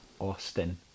Austin